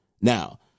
Now